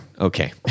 Okay